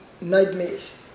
nightmares